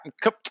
Come